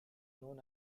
known